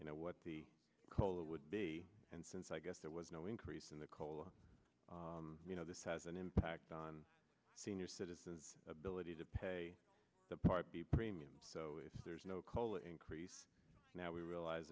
you know what the cola would be and since i guess there was no increase in the cola you know this has an impact on senior citizens ability to pay part b premiums so if there's no cola increase now we realize